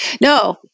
No